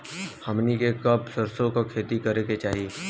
हमनी के कब सरसो क खेती करे के चाही?